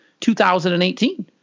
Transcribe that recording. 2018